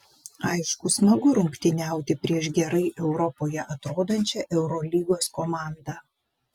aišku smagu rungtyniauti prieš gerai europoje atrodančią eurolygos komandą